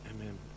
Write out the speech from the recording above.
Amen